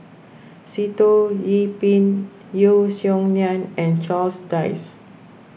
Sitoh Yih Pin Yeo Song Nian and Charles Dyce